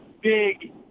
big